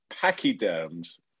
pachyderms